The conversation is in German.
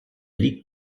liegt